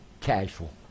casual